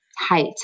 height